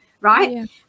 right